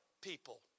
people